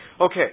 Okay